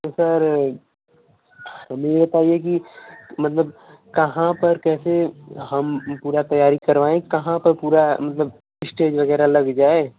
तो सर कि मतलब कहाँ पर कैसे हम पूरा तयारी करवाएँ कहाँ पर पूरा मतलब इसटेज वगैरह लग जाए